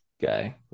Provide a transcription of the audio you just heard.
guy